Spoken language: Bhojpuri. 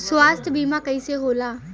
स्वास्थ्य बीमा कईसे होला?